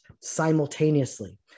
simultaneously